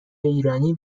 ایرانی